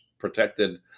protected